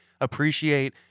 Appreciate